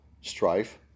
strife